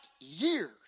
years